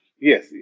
yes